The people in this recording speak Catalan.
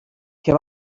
que